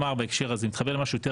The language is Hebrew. בהקשר הזה אני רוצה לומר